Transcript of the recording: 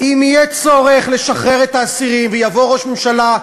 אם יהיה צורך לשחרר את האסירים ויבוא ראש ממשלה,